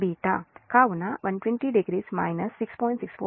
640అయితే β కాబట్టి 1200 6